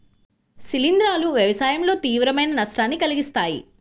శిలీంధ్రాలు వ్యవసాయంలో తీవ్రమైన నష్టాన్ని కలిగిస్తాయి